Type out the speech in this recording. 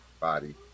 body